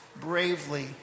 bravely